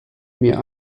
mir